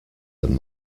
than